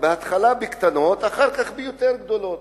בהתחלה בקטנות, אחר כך ביותר גדולות.